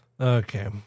okay